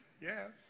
Yes